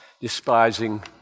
despising